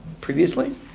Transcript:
Previously